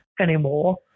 anymore